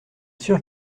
sûr